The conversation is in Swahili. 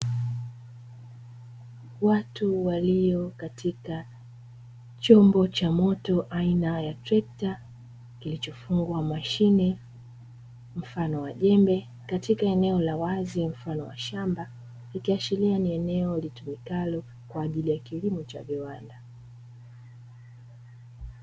Watu walio katika chombo cha moto aina ya trekta, kilichofungwa mashine mfano wa jembe katika eneo la wazi mfano wa shamba, ikiashilia ni eneo litumikalo kwa ajili ya kilimo cha viwanda.